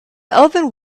alvin